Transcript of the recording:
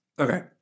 Okay